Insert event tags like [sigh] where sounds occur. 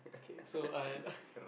okay so and [breath]